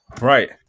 right